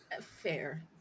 fair